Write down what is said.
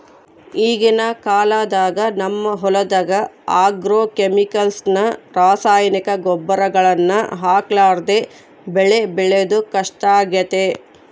ಈಗಿನ ಕಾಲದಾಗ ನಮ್ಮ ಹೊಲದಗ ಆಗ್ರೋಕೆಮಿಕಲ್ಸ್ ನ ರಾಸಾಯನಿಕ ಗೊಬ್ಬರಗಳನ್ನ ಹಾಕರ್ಲಾದೆ ಬೆಳೆ ಬೆಳೆದು ಕಷ್ಟಾಗೆತೆ